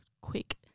quick